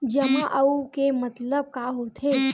जमा आऊ के मतलब का होथे?